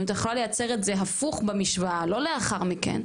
ואם תוכל לייצר את זה הפוך במשוואה לא לאחר מכן,